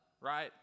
Right